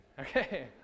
okay